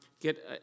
get